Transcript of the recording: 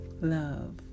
love